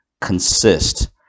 consist